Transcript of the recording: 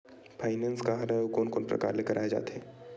Finance का हरय आऊ कोन कोन प्रकार ले कराये जाथे?